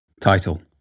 title